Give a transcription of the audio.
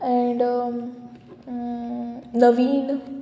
and नवीन